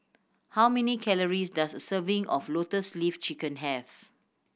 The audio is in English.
how many calories does a serving of Lotus Leaf Chicken have